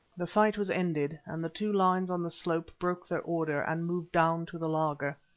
the fight was ended, and the two lines on the slope broke their order, and moved down to the laager.